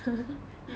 you